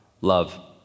Love